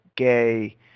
gay